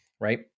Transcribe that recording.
right